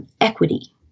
equity